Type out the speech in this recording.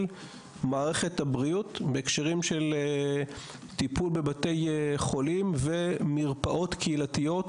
מערכת הבריאות בהקשרים של טיפול בבתי חולים ומרפאות קהילתיות